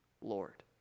Lord